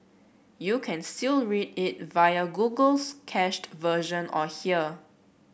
you can still read it via Google's cached version or here